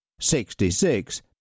sixty-six